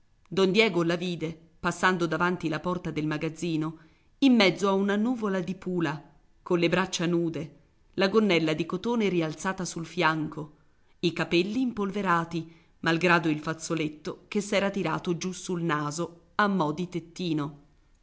don diego la vide passando davanti la porta del magazzino in mezzo a una nuvola di pula con le braccia nude la gonnella di cotone rialzata sul fianco i capelli impolverati malgrado il fazzoletto che s'era tirato giù sul naso a mo di tettino